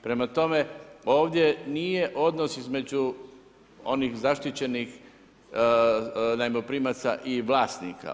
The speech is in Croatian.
Prema tome, ovdje nije odnos između onih zaštićenih najmoprimaca i vlasnika.